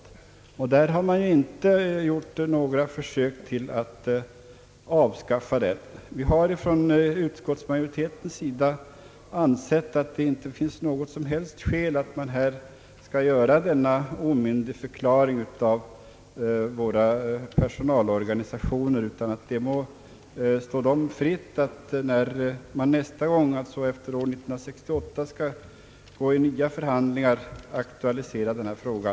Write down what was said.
Inom den privata sektorn har man inte gjort några försök att avskaffa systemet. Utskottsmajoriteten har inte ansett att det finns något som helst skäl att här göra en omyndigförklaring av våra personalorganisationer, utan det må stå dem fritt när de förhandlar nästa gång, d. v. s. efter år 1968, att aktualisera denna fråga.